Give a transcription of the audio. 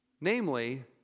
namely